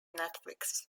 netflix